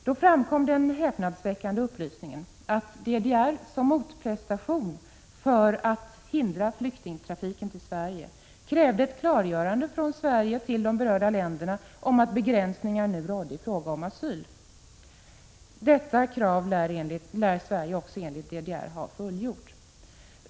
Då framkom den häpnadsväckande upplysningen att DDR som motprestation för att hindra flyktingtrafiken till Sverige krävde ett klargörande från Sverige till de berörda länderna om att begränsningar nu rådde i fråga om asyl. Detta krav lär Sverige enligt DDR också ha uppfyllt.